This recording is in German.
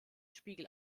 spiegel